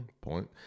point